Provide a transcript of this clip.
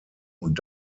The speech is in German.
und